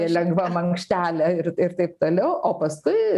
lengva mankštelė ir ir taip toliau o paskui